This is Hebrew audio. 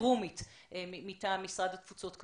חירומית מטעם משרד התפוצות.